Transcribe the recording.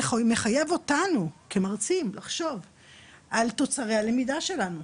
זה מחייב אותנו כמרצים לחשוב על תוצרי הלמידה שלנו,